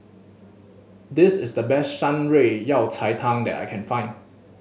this is the best Shan Rui Yao Cai Tang that I can find